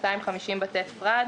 בינוי ושיפוץ 250 בתי שרד.